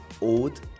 Old